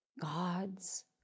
God's